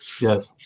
yes